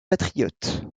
patriote